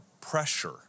pressure